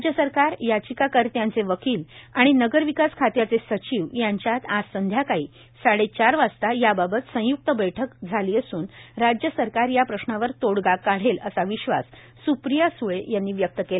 राज्य सरकार याचिका कर्त्यांचे वकील आणि नगरविकास खात्याचे सचिव यांच्यात आज संध्याकाळी साडेचार वाजता याबाबत संय्क्त बैठक होणार असून राज्य सरकार या प्रश्नावर तोडगा काढेल असा विश्वास सुप्रिया सुळे यांनी व्यक्त केला